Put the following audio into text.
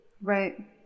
Right